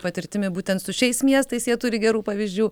patirtimi būtent su šiais miestais jie turi gerų pavyzdžių